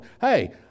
hey